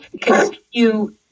continue